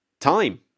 Time